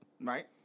Right